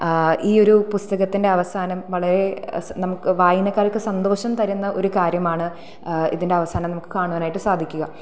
ഈ ഒരു പുസ്തകത്തിൻ്റെ അവസാനം വളരെ നമുക്ക് വായനക്കാർക്ക് സന്തോഷം തരുന്ന ഒരു കാര്യമാണ് ഇതിൻ്റെ അവസാനം നമുക്ക് കാണുവാനായിട്ട് സാധിക്കുക